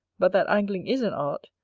but that angling is an art,